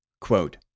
Quote